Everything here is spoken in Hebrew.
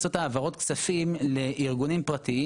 שעה שבעצם משרד הרווחה,